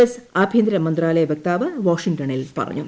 S ആഭ്യന്തര മന്ത്രാലയ വക്താവ് വാഷിംഗ്ടണിൽ പറഞ്ഞു